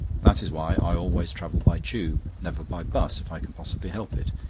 that is why i always travel by tube, never by bus if i can possibly help it.